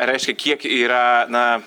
reiškia kiek yra na